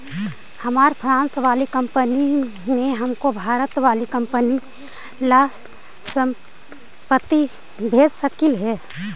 हमार फ्रांस वाली कंपनी ने हमको भारत वाली कंपनी ला संपत्ति भेजकई हे